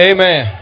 Amen